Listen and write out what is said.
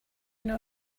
know